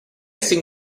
sin